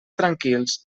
tranquils